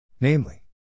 namely